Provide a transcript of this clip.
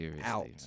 out